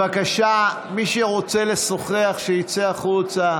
בבקשה, מי שרוצה לשוחח, שיצא החוצה.